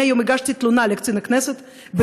ואני היום הגשתי תלונה לקצין הכנסת על